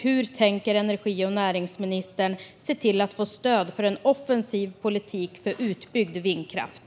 Hur tänker energi och näringsministern se till att få stöd för en offensiv politik för utbyggd vindkraft?